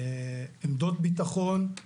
עמדות ביטחון,